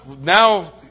now